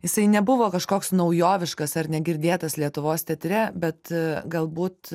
jisai nebuvo kažkoks naujoviškas ar negirdėtas lietuvos teatre bet galbūt